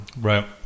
Right